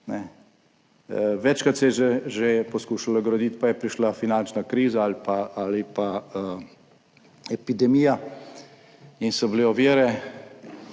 Večkrat se je že poskušala graditi, pa je prišla finančna kriza ali pa epidemija in so bile ovire,